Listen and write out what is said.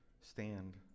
stand